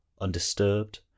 undisturbed